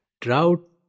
drought